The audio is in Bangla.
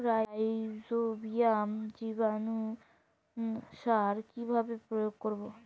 রাইজোবিয়াম জীবানুসার কিভাবে প্রয়োগ করব?